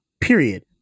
period